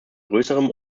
größerem